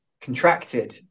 contracted